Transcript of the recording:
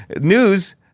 news